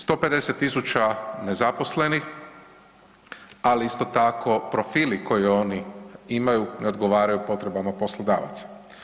150.000 nezaposlenih, ali isto tako profili koje oni imaju ne odgovaraju potrebama poslodavaca.